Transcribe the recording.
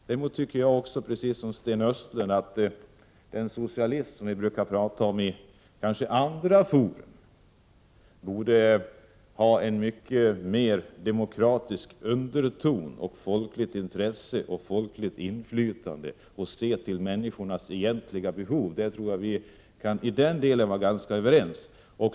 Däremot tycker jag precis som Sten Östlund att den socialism som vi brukar prata om i andra fora borde ha en mycket mer demokratisk underton, mer folkligt intresse och mer folkligt inflytande och se till människornas egentliga behov. I den delen tror jag vi kan vara ganska överens.